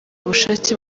ubushake